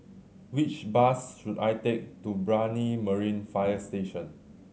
which bus should I take to Brani Marine Fire Station